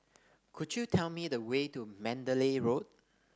could you tell me the way to Mandalay Road